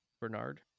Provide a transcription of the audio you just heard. Bernard